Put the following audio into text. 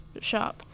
shop